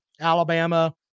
Alabama